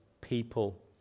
people